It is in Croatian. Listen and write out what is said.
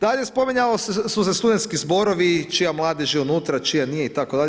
Dalje spominjali su se studentski zborovi čija mladež je unutra, čija nije itd.